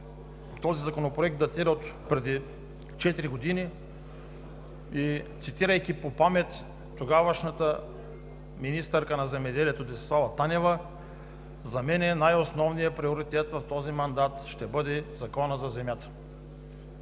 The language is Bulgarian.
този законопроект. Той датира отпреди четири години и цитирам по памет тогавашната министърка на земеделието Десислава Танева: „За мен най-основният приоритет в този мандат ще бъде Законът за земята.“